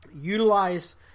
Utilize